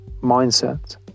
mindset